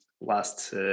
last